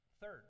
Third